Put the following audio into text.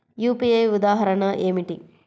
UPI ఉదాహరణ ఏమిటి?